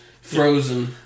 frozen